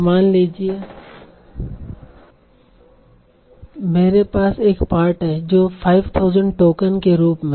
मान लीजिए मेरे पास एक पाठ है जो 5000 टोकन के रूप में है